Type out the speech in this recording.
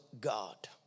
god